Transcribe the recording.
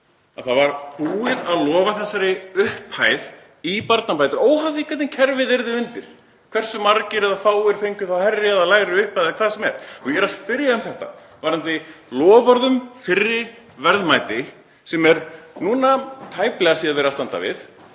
að það var búið að lofa þessari upphæð í barnabætur, óháð því hvernig kerfið yrði undir, hversu margir eða fáir fengju þá hærri eða lægri upphæð eða hvað sem er. Ég er að spyrja um loforð um fyrra verðmæti sem er núna tæplega verið að standa við.